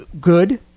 good